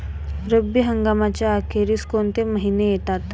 रब्बी हंगामाच्या अखेरीस कोणते महिने येतात?